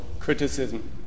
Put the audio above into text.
criticism